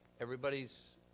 Everybody's